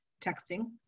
texting